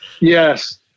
yes